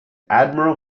admiral